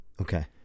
Okay